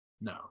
No